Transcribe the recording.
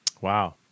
Wow